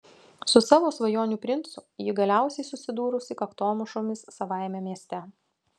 su savo svajonių princu ji galiausiai susidūrusi kaktomušomis savajame mieste